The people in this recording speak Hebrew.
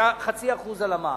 את ה-0.5% במע"מ,